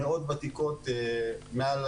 אגב,